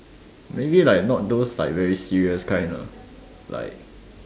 maybe like not those like very serious kind lah like